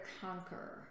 conquer